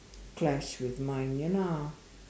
clash with mine ya lah